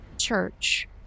church